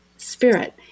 spirit